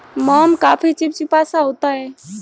मोम काफी चिपचिपा सा होता है